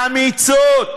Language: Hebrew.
אמיצות,